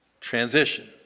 transition